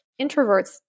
introverts